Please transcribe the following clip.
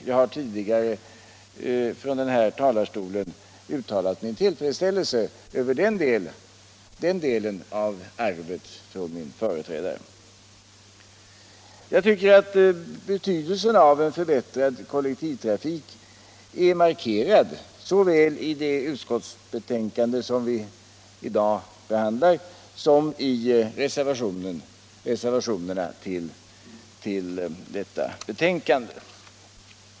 Jag har tidigare från denna talarstol uttalat min tillfredsställelse över den delen av arvet från min företrädare. Jag tycker att betydelsen av en förbättrad kollektivtrafik är markerad såväl i det utskottsbetänkande som vi nu behandlar som i reservationerna till detsamma.